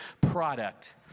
product